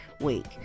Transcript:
week